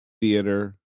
theater